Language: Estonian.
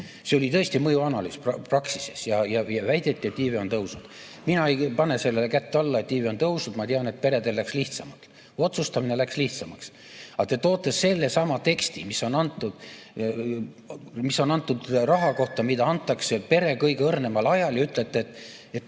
See oli tõesti mõjuanalüüs Praxises. Väideti, et iive on tõusnud. Mina ei pane sellele kätte alla, et iive on tõusnud. Ma tean, et peredel läks otsustamine lihtsamaks. Aga te toote sellesama teksti, mis on tehtud raha kohta, mida antakse pere kõige õrnemal ajal, ja ütlete, et